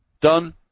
done